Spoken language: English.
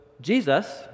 Jesus